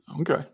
Okay